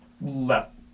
left